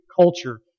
culture